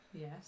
Yes